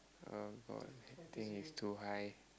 about I think it's too high